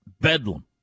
Bedlam